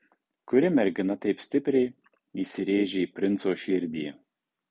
kuri mergina taip stipriai įsirėžė į princo širdį